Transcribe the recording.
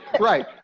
right